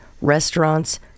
restaurants